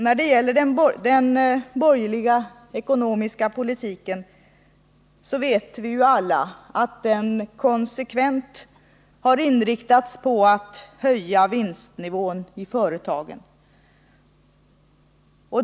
Vi vet ju alla att den borgerliga ekonomiska politiken konsekvent har inriktats på att höja vinstnivån i företagen.